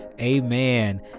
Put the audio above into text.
amen